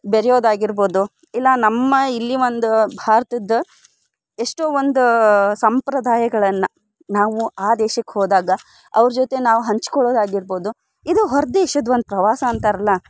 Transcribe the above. ಬೆರೆಯೋದು ಆಗಿರ್ಬೋದು ಇಲ್ಲ ನಮ್ಮ ಇಲ್ಲಿ ಒಂದು ಭಾರತದ ಎಷ್ಟೋ ಒಂದು ಸಂಪ್ರದಾಯಗಳನ್ನು ನಾವು ಆ ದೇಶಕ್ಕೆ ಹೋದಾಗ ಅವ್ರ ಜೊತೆ ನಾವು ಹಂಚ್ಕೊಳ್ಳೋದು ಆಗಿರ್ಬೋದು ಇದು ಹೊರ ದೇಶದ ಒಂದು ಪ್ರವಾಸ ಅಂತಾರಲ್ಲ